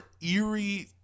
eerie